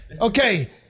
Okay